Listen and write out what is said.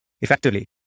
effectively